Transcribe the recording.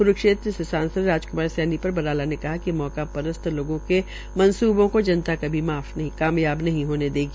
क्रूक्षेत्र से सांसद राजक्मार सैनी पर बराला ने कहा कि मौका परस्त लोगों के मंसूबों का जनता कभी कामयाब नहीं होने देगी